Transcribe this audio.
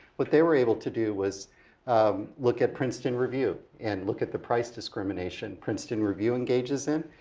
what they were able to do was um look at princeton review and look at the price discrimination princeton review engages in.